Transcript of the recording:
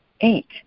Eight